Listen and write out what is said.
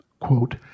Quote